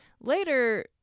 later